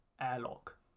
airlock